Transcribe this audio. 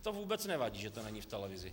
To vůbec nevadí, že to není v televizi.